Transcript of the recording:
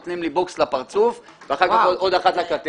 נותנים לי בוקס לפרצוף ואחר כך עוד אחד לכתף.